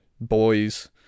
boys